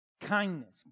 Kindness